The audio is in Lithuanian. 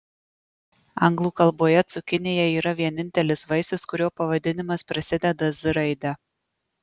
anglų kalboje cukinija yra vienintelis vaisius kurio pavadinimas prasideda z raide